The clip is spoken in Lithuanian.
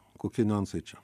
kokie niuansai čia